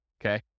Okay